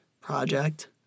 project